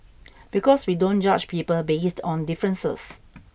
because we don't judge people based on differences